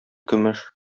көмеш